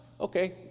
okay